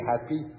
happy